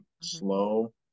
slow